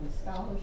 scholarship